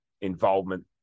involvement